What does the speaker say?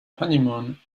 honeymoon